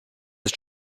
ist